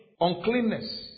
Uncleanness